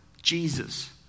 Jesus